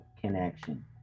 connection